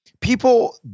people